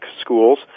schools